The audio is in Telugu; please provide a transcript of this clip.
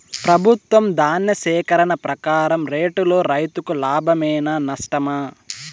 ప్రభుత్వం ధాన్య సేకరణ ప్రకారం రేటులో రైతుకు లాభమేనా నష్టమా?